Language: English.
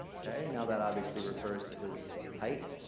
okay, now that obviously refers to his height.